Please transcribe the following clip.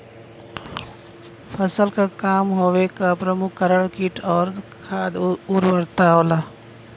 फसल क कम होवे क प्रमुख कारण कीट और खाद उर्वरता होला